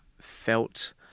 felt